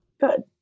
good